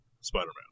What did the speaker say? Spider-Man